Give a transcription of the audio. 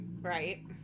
Right